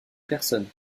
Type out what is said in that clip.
personnes